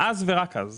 אז ורק אז